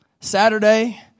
Saturday